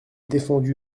défendu